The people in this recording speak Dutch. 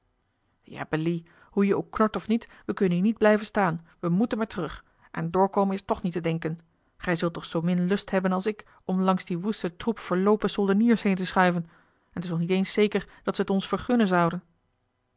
hoe je ook knort of niet we kunnen hier niet blijven staan we moeten maar terug aan doorkomen is toch niet te denken gij zult toch zoomin lust hebben als ik om langs dien woesten troep verloopen soldeniers heen te schuiven en t is nog niet eens zeker dat ze t ons vergunnen zouden